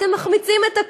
אתם מחמיצים את הכול.